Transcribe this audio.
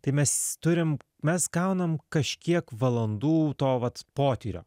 tai mes turim mes gaunam kažkiek valandų to vat potyrio